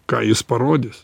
ką jis parodys